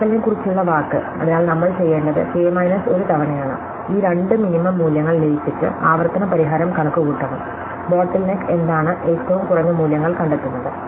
നടപ്പാക്കലിനെക്കുറിച്ചുള്ള വാക്ക് അതിനാൽ നമ്മൾ ചെയ്യേണ്ടത് k മൈനസ് 1 തവണയാണ് ഈ രണ്ട് മിനിമം മൂല്യങ്ങൾ ലയിപ്പിച്ച് ആവർത്തന പരിഹാരം കണക്കുകൂട്ടണം ബോട്ടിൽ നെക്ക് എന്താണ് ഏറ്റവും കുറഞ്ഞ മൂല്യങ്ങൾ കണ്ടെത്തുന്നത്